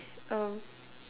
um